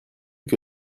que